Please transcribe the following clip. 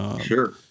Sure